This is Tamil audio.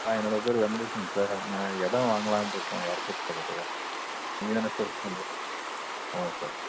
ஆ என்னோடய பேர் வெங்கடேசன் சார் நான் இடம் வாங்களான்ருக்கோம் இடத்துக்கு பக்கத்தில் இங்கே தான் நான் ஸர்ச் பண்ணுறேன் ஆமாம் சார்